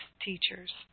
Teachers